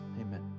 Amen